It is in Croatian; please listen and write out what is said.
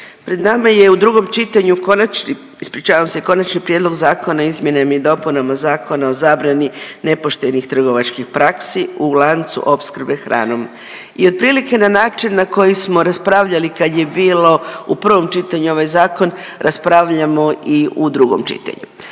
pred nama je u drugom čitanju konačni, ispričavam se, Konačni prijedlog Zakona o izmjenama i dopunama Zakona o zabrani nepoštenih trgovačkih praksi u lancu opskrbe hranom i otprilike na način na koji smo raspravljali kad je bilo u prvom čitanju ovaj zakon, raspravljamo i u drugom čitanju.